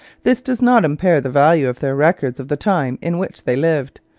this does not impair the value of their records of the time in which they lived.